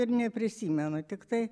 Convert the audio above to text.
ir neprisimenu tiktai